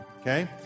okay